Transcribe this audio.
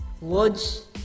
words